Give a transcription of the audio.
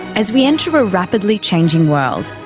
as we enter a rapidly changing world,